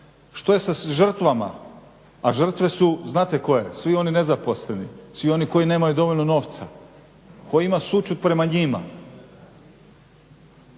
Što je sa žrtvama, a žrtve su, znate koje? Svi oni nezaposleni, svi oni koji nemaju dovoljno novca. Tko ima sućut prema njima?